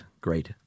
great